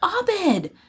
Abed